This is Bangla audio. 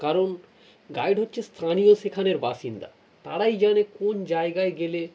কারণ গাইড হচ্ছে স্থানীয় সেখানের বাসিন্দা তারাই জানে কোন জায়গায় গেলে